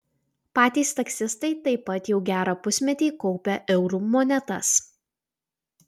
patys taksistai taip pat jau gerą pusmetį kaupia eurų monetas